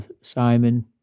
Simon